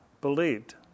believed